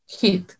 hit